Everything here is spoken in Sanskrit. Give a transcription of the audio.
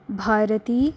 भारती